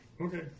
Okay